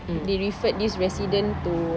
they referred this resident to